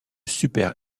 super